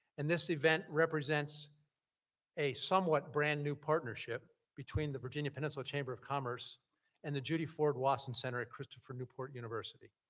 and this event represents a somewhat brand new partnership between the virginia peninsula chamber of commerce and the judy ford wason center at christopher newport university.